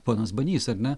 ponas banys ar ne